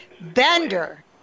Bender